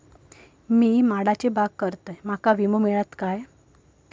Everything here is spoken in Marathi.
मी माडाची बाग करतंय माका विमो मिळात काय?